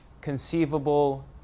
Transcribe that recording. conceivable